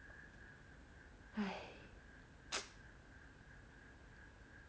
!hais!